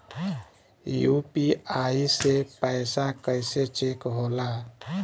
UPI से पैसा कैसे चेक होला?